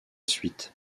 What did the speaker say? suite